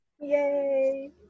Yay